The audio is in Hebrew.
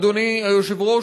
אדוני היושב-ראש,